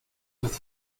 with